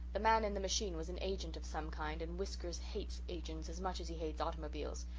the man in the machine was an agent of some kind, and whiskers hates agents as much as he hates automobiles.